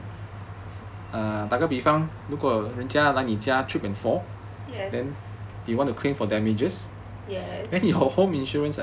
oh really